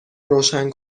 روشن